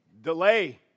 Delay